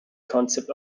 concept